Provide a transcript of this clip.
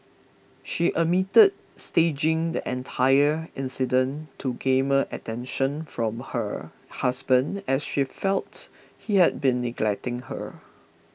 she admitted staging the entire incident to garner attention from her husband as she felt he had been neglecting her